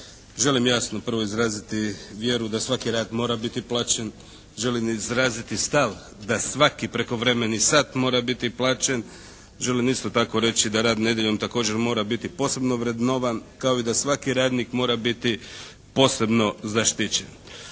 Želim jasno prvo izraziti vjeru da svaki rad mora biti plaćen. Želim izraziti stav da svaki prekovremeni sat mora biti plaćen. Želim isto tako reći da rad nedjeljom također mora biti posebno vrednovan kao i da svaki radnik mora biti posebno zaštićen.